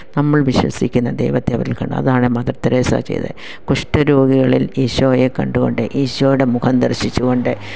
നമ്മൾ വിശ്വസിക്കുന്ന ദൈവത്തെ അവരിൽ കാണുന്നു അതാണ് മദർ തെരേസ ചെയ്തത് കുഷ്ഠരോഗികളിൽ ഈശോയെ കണ്ടുകൊണ്ട് ഈശോയുടെ മുഖം ദർശിച്ചു കൊണ്ട്